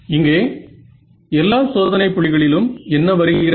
இங்கே எல்லா சோதனை புள்ளிகளிலும் என்ன வருகிறது